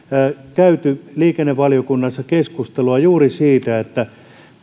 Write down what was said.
käyneet liikennevaliokunnassa keskustelua juuri siitä että data